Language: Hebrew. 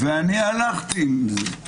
אני הלכתי עם זה,